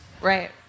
right